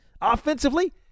offensively